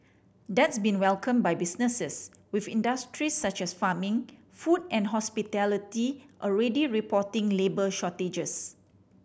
that's been welcomed by businesses with industries such as farming food and hospitality already reporting labour shortages